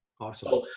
Awesome